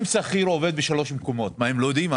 אם שכיר עובד בשלושה מקומות הם לא יודעים?